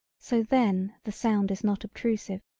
so then the sound is not obtrusive.